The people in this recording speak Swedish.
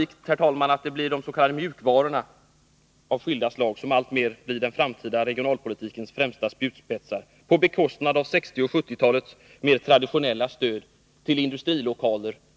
Det är sannolikt att det blir s.k. mjukvaror av skilda slag som alltmer blir den framtida regionalpolitikens främsta spjutspetsar, på bekostnad av 1960 och 1970-talets mer traditionella stöd till industrilokaler.